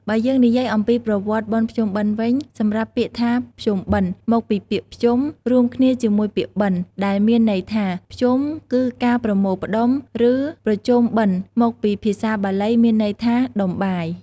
បើយើងនិយាយអំពីប្រវត្តិបុណ្យភ្ជុំបិណ្ឌវិញ សម្រាប់ពាក្យថា “ភ្ជុំបិណ្ឌ” មកពីពាក្យ “ភ្ជុំ” រួមគ្នាជាមួយពាក្យ “បិណ្ឌ” ដែលមានន័យថា ភ្ជុំគឺការប្រមូលផ្តុំ ឬប្រជុំបិណ្ឌ មកពីភាសាបាលីមានន័យថា “ដុំបាយ” ។